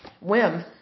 whim